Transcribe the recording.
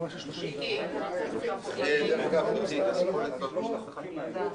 אני מציע, כמה זמן דיבור?